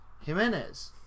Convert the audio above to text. jimenez